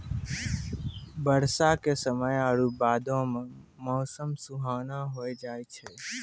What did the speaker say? बरसा के समय आरु बादो मे मौसम सुहाना होय जाय छै